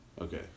Okay